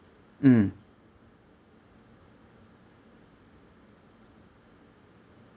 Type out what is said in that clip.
mm